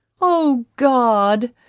oh god,